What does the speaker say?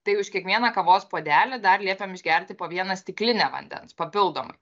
tai už kiekvieną kavos puodelį dar liepiam išgerti po vieną stiklinę vandens papildomai